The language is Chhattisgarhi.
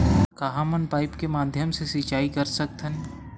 का हमन पाइप के माध्यम से सिंचाई कर सकथन?